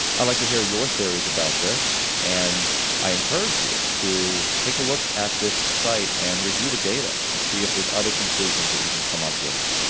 i'd like to hear your theories about this and i encourage you to take a look at this site and review the data and see if there's other conclusions that you can come up with.